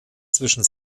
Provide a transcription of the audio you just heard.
zwischen